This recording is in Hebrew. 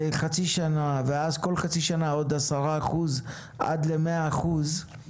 חצי שנה ואז כל חצי שנה עוד 10 אחוזים עד ל-100 אחוזים.